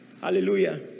Hallelujah